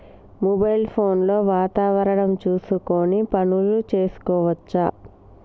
Mobile phone లో వాతావరణం చూసుకొని పనులు చేసుకోవచ్చా?